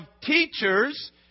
teachers